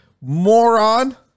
moron